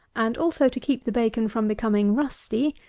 and also to keep the bacon from becoming rusty,